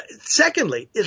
Secondly